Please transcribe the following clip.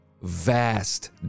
vast